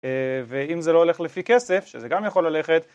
ואם זה לא הולך לפי כסף, שזה גם יכול ללכת.